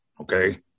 okay